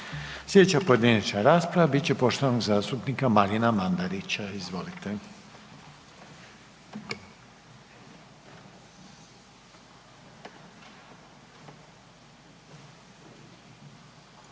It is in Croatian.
Sljedeća pojedinačna rasprava biti će poštovanog zastupnika Marina Mandarića. Izvolite.